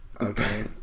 Okay